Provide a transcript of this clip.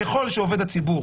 ככל שעובד הציבור